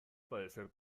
padecer